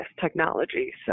technology